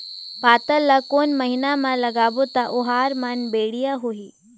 पातल ला कोन महीना मा लगाबो ता ओहार मान बेडिया होही?